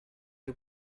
you